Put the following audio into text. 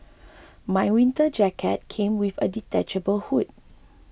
my winter jacket came with a detachable hood